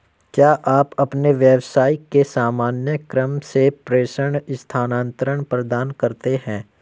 क्या आप अपने व्यवसाय के सामान्य क्रम में प्रेषण स्थानान्तरण प्रदान करते हैं?